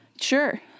Sure